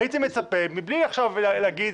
והייתי מצפה, מבלי עכשיו להגיד